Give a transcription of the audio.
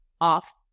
off